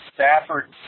Stafford